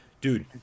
dude